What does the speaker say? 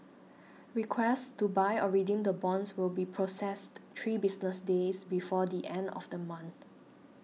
requests to buy or redeem the bonds will be processed three business days before the end of the month